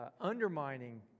undermining